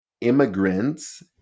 immigrants